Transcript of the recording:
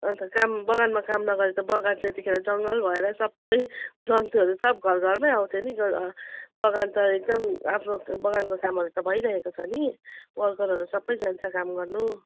अन्त काम बगानमा काम नगरी त बगान त यतिखेर जङ्गल भएर सबै जन्तुहरू सब घर घरमै आउँथ्यो नि गअ बगान त एकदम आफ्नो बगानको कामहरू त भइरहेको छ नि वर्करहरू सबै जान्छ काम गर्नु